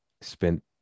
spent